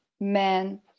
man